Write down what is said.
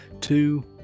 two